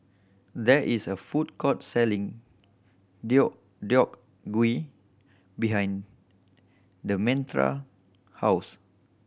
there is a food court selling Deodeok Gui behind Demetra house